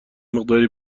مقداری